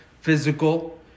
Physical